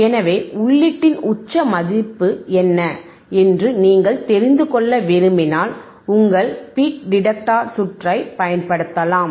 எனவே உள்ளீட்டின் உச்ச மதிப்பு என்ன என்று நீங்கள் தெரிந்து கொள்ள விரும்பினால் உங்கள் பீக் டிடெக்டர் சுற்றை பயன்படுத்தலாம்